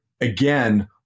again